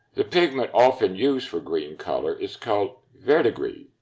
the pigment often used for green color is called verdigris.